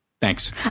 Thanks